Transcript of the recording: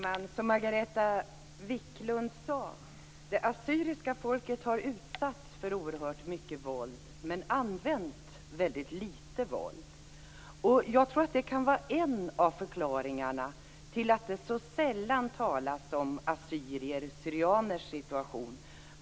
Fru talman! Som Margareta Viklund sade har det assyriska folket utsatts för oerhört mycket våld men använt väldigt lite våld. Jag tror att det kan vara en av förklaringarna till att det så sällan talas om assyriers och syrianers situation.